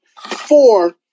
Four